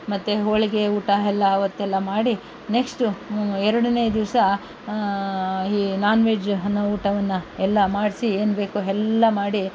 ಮತ್ತೆ ಹೋಳಿಗೆ ಊಟ ಎಲ್ಲ ಅವತ್ತೆಲ್ಲ ಮಾಡಿ ನೆಕ್ಸ್ಟು ಎರಡನೇ ದಿವಸ ಈ ನಾನ್ ವೆಜ್ ಅನ್ನೋ ಊಟವನ್ನು ಎಲ್ಲ ಮಾಡಿಸಿ ಏನು ಬೇಕು ಎಲ್ಲ ಮಾಡಿ